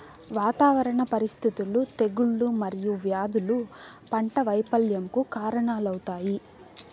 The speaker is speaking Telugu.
వాతావరణ పరిస్థితులు, తెగుళ్ళు మరియు వ్యాధులు పంట వైపల్యంకు కారణాలవుతాయి